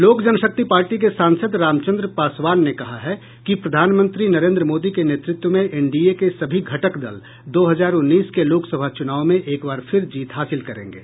लोक जनशक्ति पार्टी के सांसद रामचंद्र पासवान ने कहा है कि प्रधानमंत्री नरेन्द्र मोदी के नेतृत्व में एनडीए के सभी घटक दल दो हजार उन्नीस के लोकसभा चुनाव में एक बार फिर जीत हासिल करेंगे